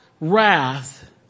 wrath